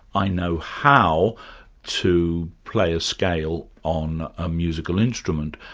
i know how to play a scale on a musical instrument.